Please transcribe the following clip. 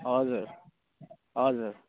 हजुर हजुर